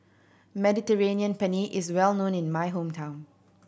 Mediterranean Penne is well known in my hometown